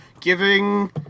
giving